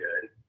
good